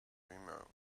vimeo